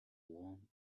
warm